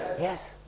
Yes